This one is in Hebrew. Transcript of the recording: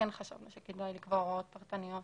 וחשבנו שכדאי לקבוע הוראות פרטניות